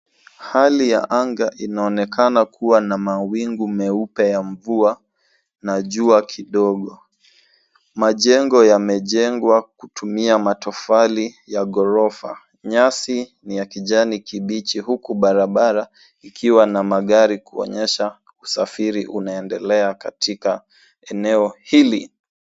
Hali ya anga inaonekana kuwa na mawingu meupe ya mvua na jua kidogo. Majengo yamejengwa kutumia matofali ya ghorofa. Nyasi ni ya kijani kibichi huku barabara ikiwa na magari kuonyesha usafiri unaendelea katika eneo hili.